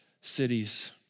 cities